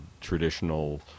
traditional